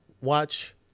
watch